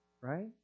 right